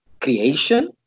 creation